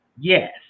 yes